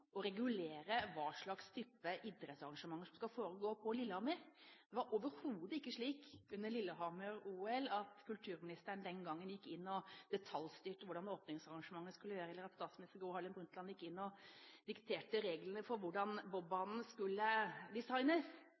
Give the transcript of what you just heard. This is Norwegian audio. regulere hva slags type idrettsarrangementer som skal foregå på Lillehammer. Det var overhodet ikke slik under Lillehammer-OL at kulturministeren den gangen gikk inn og detaljstyrte hvordan åpningsarrangementet skulle være, eller at statsminister Gro Harlem Brundtland gikk inn og dikterte reglene for hvordan bobbanen skulle designes.